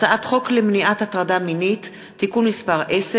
הצעת חוק למניעת הטרדה מינית (תיקון מס' 10)